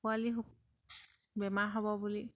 পোৱালী বেমাৰ হ'ব বুলি